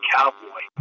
Cowboy